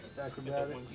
Acrobatics